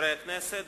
חברי הכנסת,